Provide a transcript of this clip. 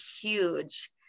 huge